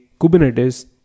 kubernetes